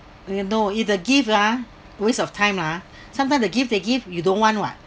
you know if the gift ah waste of time lah sometime the gift they give you don't want [what]